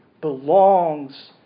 belongs